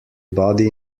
body